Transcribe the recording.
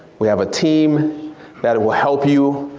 we have a team that and will help you,